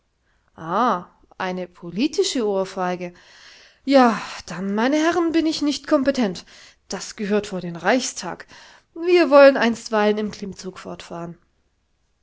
eine politische ohrfeige ja dann meine herren bin ich nicht kompetent das gehört vor den reichstag wir wollen einstweilen im klimmzug fortfahren